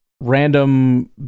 random